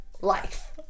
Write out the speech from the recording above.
life